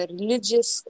religious